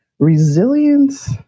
Resilience